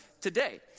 today